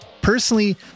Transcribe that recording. personally